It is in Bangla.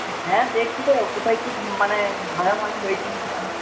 হ্যাঁ দেখছি তো কোথায় কী মানে ভাঙাভাঙি হয়েছে কি হয় নি